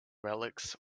relics